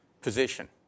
position